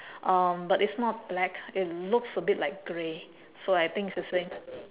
um but it's not black it looks a bit like grey so I think it's the same